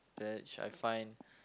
batch I find